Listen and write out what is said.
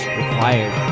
required